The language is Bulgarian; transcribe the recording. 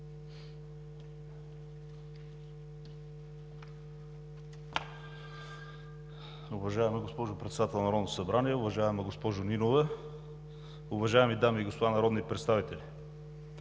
Уважаема госпожо Председател на Народното събрание, уважаема госпожо Нинова, уважаеми дами и господа народни представители!